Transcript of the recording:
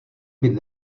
být